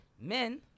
men